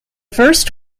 first